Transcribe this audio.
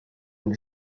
avec